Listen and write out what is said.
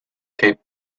cape